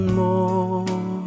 more